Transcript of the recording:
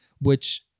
which-